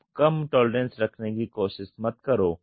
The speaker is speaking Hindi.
आप कम टॉलरेंसेस रखने की कोशिश मत करो